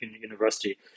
university